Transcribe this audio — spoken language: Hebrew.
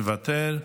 מוותר,